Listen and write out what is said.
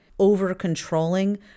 over-controlling